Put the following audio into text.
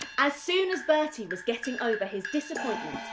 as soon as bertie was getting over his disappointment,